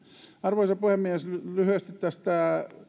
arvoisa puhemies lyhyesti tästä